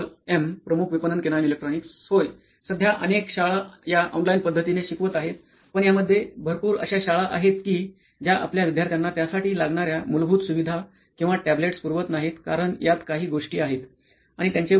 Shyam Paul M प्रमुख विपणन केनोईंन इलेक्ट्रॉनीक्स होय सध्या अनेक शाळा या ऑनलाईन पद्धतीने शिकवत आहेत पण यामध्ये भरपूर अश्या शाळा आहेत कि ज्या आपल्या विद्यार्थ्याना त्यासाठी लागणाऱ्या मूलभूत सुविधा किंवा टॅबलेटस पुरवत नाहीत कारण यात काही गोष्टी आहेत